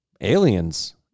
aliens